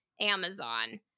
Amazon